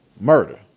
murder